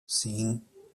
sim